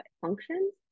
functions